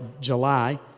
July